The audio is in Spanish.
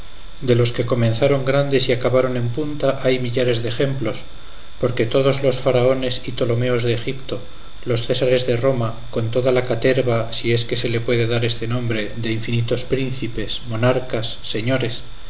de los que comenzaron grandes y acabaron en punta hay millares de ejemplos porque todos los faraones y tolomeos de egipto los césares de roma con toda la caterva si es que se le puede dar este nombre de infinitos príncipes monarcas señores